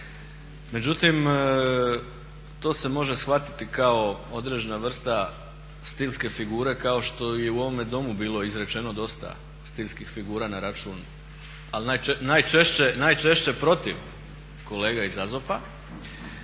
međutim to se može shvatiti kao određena vrsta stilske figure kao što je i u ovome Domu bilo izrečeno dosta stilskih figura na račun, ali najčešće protiv kolega iz AZOP-a.